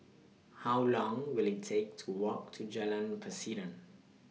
How Long Will IT Take to Walk to Jalan Pasiran